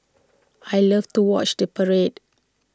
I love to watch the parade